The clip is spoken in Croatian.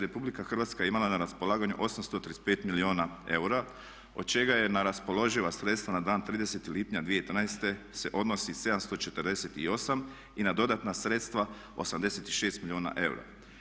RH je imala na raspolaganju 835 milijuna eura od čega je na raspoloživa sredstva na dan 30.lipnja 2013.se odnosi 748 i na dodatna sredstva 86 milijuna eura.